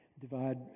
Divide